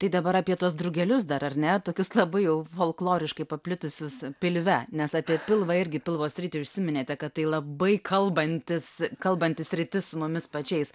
tai dabar apie tuos drugelius dar ar ne tokius labai jau folkloriškai paplitusius pilve nes apie pilvą irgi pilvo sritį užsiminėte kad tai labai kalbantis kalbanti sritis su mumis pačiais